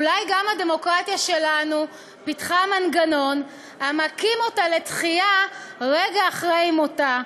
אולי גם הדמוקרטיה שלנו פיתחה מנגנון המקים אותה לתחייה רגע אחרי מותה,